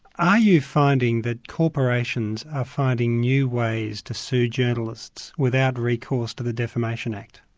are you finding that corporations are finding new ways to sue journalists without recourse to the defamation act?